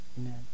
Amen